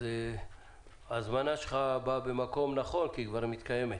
אז ההזמנה שלך באה במקום כי היא כבר מתקיימת.